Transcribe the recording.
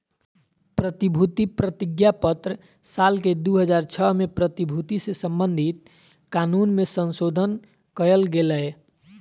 प्रतिभूति प्रतिज्ञापत्र साल के दू हज़ार छह में प्रतिभूति से संबधित कानून मे संशोधन कयल गेलय